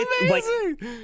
amazing